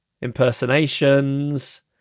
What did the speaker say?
impersonations